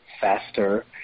faster